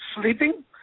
sleeping